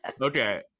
okay